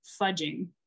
fudging